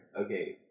Okay